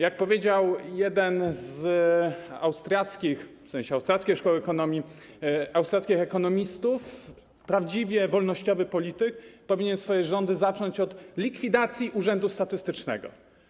Jak powiedział jeden z austriackich, w sensie austriackiej szkoły ekonomii, ekonomistów: prawdziwie wolnościowy polityk powinien swoje rządy zacząć od likwidacji urzędu statystycznego.